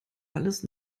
alles